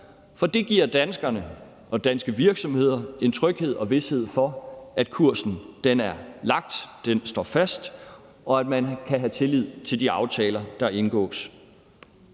For det giver danskerne og danske virksomheder en tryghed og vished for, at kursen er lagt, at den står fast, og at man kan have tillid til de aftaler, der indgås